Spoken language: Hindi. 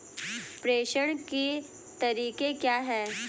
प्रेषण के तरीके क्या हैं?